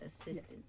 assistance